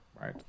right